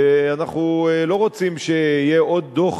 ואנחנו לא רוצים שיהיה עוד דוח